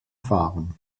fahren